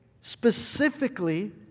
specifically